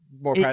more